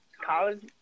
college